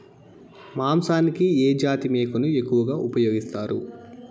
మాంసానికి ఏ జాతి మేకను ఎక్కువగా ఉపయోగిస్తారు?